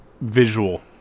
visual